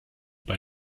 bei